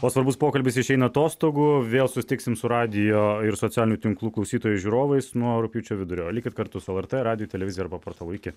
o svarbus pokalbis išeina atostogų vėl susitiksim su radijo ir socialinių tinklų klausytojais žiūrovais nuo rugpjūčio vidurio likit kartu su lrt radiju televizija arba portalu iki